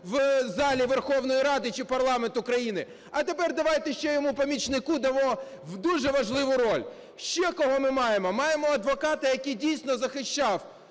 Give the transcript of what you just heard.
в залі Верховної Ради чи парламенту країни. А тепер давайте ще його помічнику дамо дуже важливу роль. Ще кого ми маємо? Маємо адвоката, який, дійсно, захищав